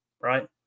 right